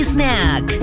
Snack